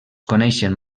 coneixen